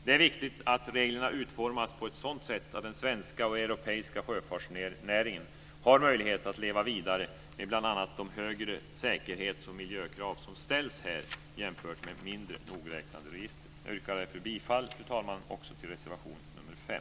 Det är viktigt att reglerna utformas på ett sådant sätt att den svenska och europeiska sjöfartsnäringen har möjlighet att leva vidare med bl.a. de högre säkerhets och miljökrav som ställs här jämfört med mindre nogräknade register. Fru talman! Jag yrkar därför bifall också till reservation nr 5.